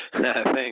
Thanks